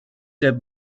der